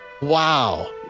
Wow